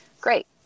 Great